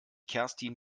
kerstin